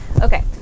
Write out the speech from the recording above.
Okay